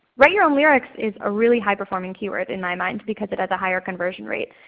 write your own lyrics is a really high performing keyword in my mind because it has a higher conversion rate.